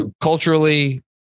Culturally